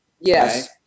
Yes